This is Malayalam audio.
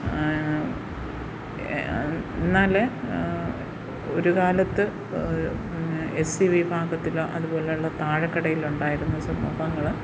എന്നാൽ ഒരു കാലത്ത് എസ് സി വിഭാഗത്തിൽ അതുപോലെയുള്ള താഴെക്കിടയിലുണ്ടായിരുന്ന സമൂഹങ്ങൾ